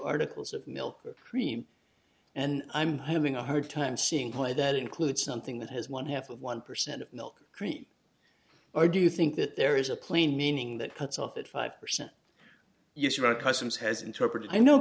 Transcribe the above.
articles of milk or cream and i'm having a hard time seeing why that includes something that has one half of one percent milk cream or do you think that there is a plain meaning that cuts off at five percent use of our customs has interpreted i know